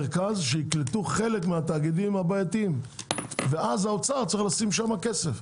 מרכז שיקלטו חלק מהתאגידים הבעייתיים והאוצר יצטרך לשים שם כסף.